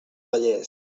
vallès